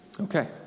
Okay